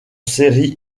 séries